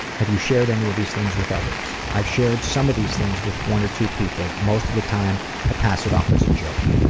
have you shared any of these things with others? i've shared some of these things with one or two people, most of the time i pass it off as a joke.